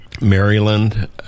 Maryland